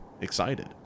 excited